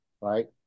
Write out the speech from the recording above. right